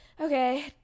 Okay